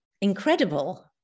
incredible